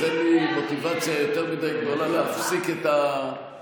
אז אין לי מוטיבציה יותר מדי גדולה להפסיק את הצעקות.